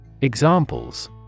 Examples